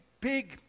big